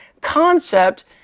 concept